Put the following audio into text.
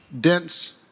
dense